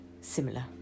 similar